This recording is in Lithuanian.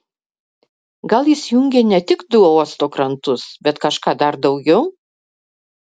gal jis jungė ne tik du uosto krantus bet kažką dar daugiau